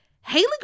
Haley